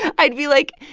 i'd be, like,